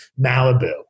Malibu